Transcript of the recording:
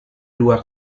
dua